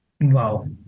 Wow